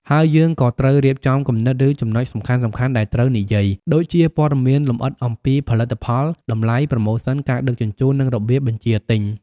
ហើយយើងក៏ត្រូវរៀបចំគំនិត ឬចំណុចសំខាន់ៗដែលត្រូវនិយាយ ដូចជាព័ត៌មានលម្អិតអំពីផលិតផល តម្លៃ ប្រម៉ូសិន ការដឹកជញ្ជូន និងរបៀបបញ្ជាទិញ។